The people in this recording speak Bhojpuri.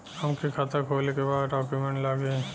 हमके खाता खोले के बा का डॉक्यूमेंट लगी?